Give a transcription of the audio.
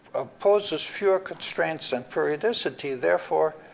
opposes fewer constraints than periodicity, therefore,